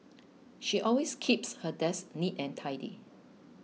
she always keeps her desk neat and tidy